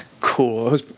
cool